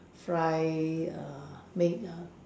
fry err make ah